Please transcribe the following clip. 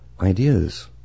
ideas